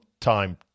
time